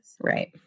Right